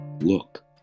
look